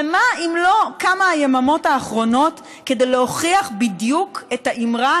ומה אם לא כמה היממות האחרונות כדי להוכיח בדיוק את האמרה